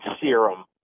serum